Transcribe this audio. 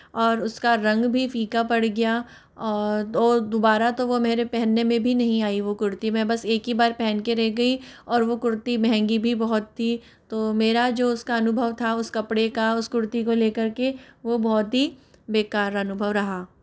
और उसका रंग भी फ़ीका पड़ गया और और दोबारा तो वह मेरे पहनने में भी नहीं आई वो कुर्ती मैं बस एक ही बार पहनके रह गई और वो कुर्ती महंगी भी बहुत थी तो मेरा जो उसका अनुभव था उस कपड़े का उस कुर्ती को ले करके वो बहुत ही बेकार अनुभव रहा